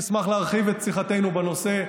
אשמח להרחיב את שיחתנו בנושא,